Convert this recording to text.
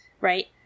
right